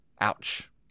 Ouch